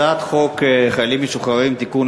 הצעת חוק קליטת חיילים משוחררים (תיקון,